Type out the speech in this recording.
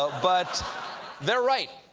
but they're right.